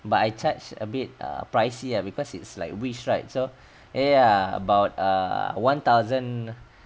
but I charge a bit pricey lah because it's like wish right so ya about a one thousand